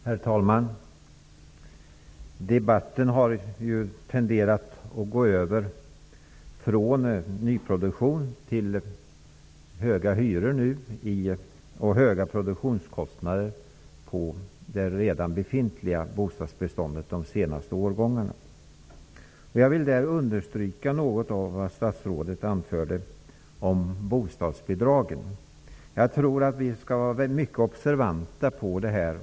Herr talman! Debatten har tenderat att gå över från nyproduktion till höga hyror och höga produktionskostnader för redan befintligt bostadsbestånd vad gäller de senaste årgångarna. Jag vill understryka det som statsrådet anförde beträffande bostadsbidragen.